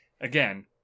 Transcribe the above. again